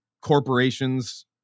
corporations